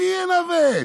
מי ינווט?